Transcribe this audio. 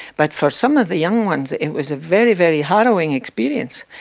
but for some of the young ones, it was a very, very harrowing experience.